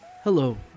Hello